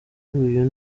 uyu